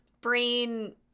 brain